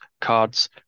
cards